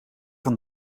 van